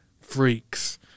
freaks